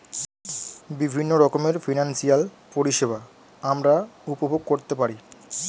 বিভিন্ন রকমের ফিনান্সিয়াল পরিষেবা আমরা উপভোগ করতে পারি